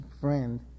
friend